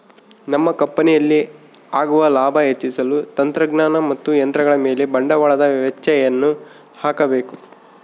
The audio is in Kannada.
ನಮ್ಮ ಕಂಪನಿಯಲ್ಲಿ ಆಗುವ ಲಾಭ ಹೆಚ್ಚಿಸಲು ತಂತ್ರಜ್ಞಾನ ಮತ್ತು ಯಂತ್ರಗಳ ಮೇಲೆ ಬಂಡವಾಳದ ವೆಚ್ಚಯನ್ನು ಹಾಕಬೇಕು